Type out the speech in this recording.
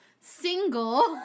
single